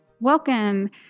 Welcome